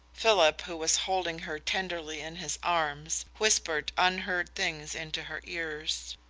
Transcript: philip, who was holding her tenderly in his arms, whispered unheard things into her ears.